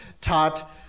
taught